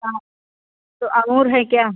हाँ तो अँगूर है क्या